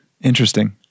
Interesting